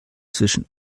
zwischen